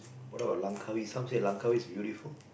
what about Langkawi